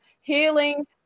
healing